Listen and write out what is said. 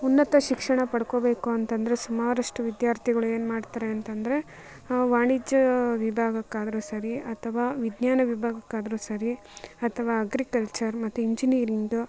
ಉನ್ನತ ಶಿಕ್ಷಣ ಪಡ್ಕೊಬೇಕು ಅಂತಂದರೆ ಸುಮಾರಷ್ಟು ವಿದ್ಯಾರ್ಥಿಗಳು ಏನು ಮಾಡ್ತಾರೆ ಅಂತಂದರೆ ವಾಣಿಜ್ಯ ವಿಭಾಗಕ್ಕಾದ್ರು ಸರಿ ಅಥವಾ ವಿಜ್ಞಾನ ವಿಭಾಗಕ್ಕಾದ್ರು ಸರಿ ಅಥ್ವಾ ಅಗ್ರಿಕಲ್ಚರ್ ಮತ್ತು ಇಂಜಿನಿಯರಿಂಗು